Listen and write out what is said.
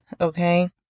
Okay